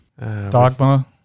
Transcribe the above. Dogma